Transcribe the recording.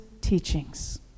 teachings